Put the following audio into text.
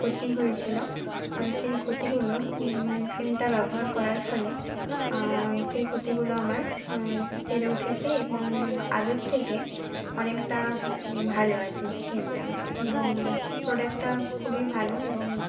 ক্ষতি হয়েছিল সেই ক্ষতিগুলো ওই ক্রিমটা ব্যবহার করার ফলে সেই ক্ষতিগুলো আমার আর সেরে উঠেছে এবং আগের থেকে অনেকটা ভালো আছে স্কিনটা এবং প্রোডাক্টটা খুবই ভালো এবং